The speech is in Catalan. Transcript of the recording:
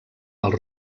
els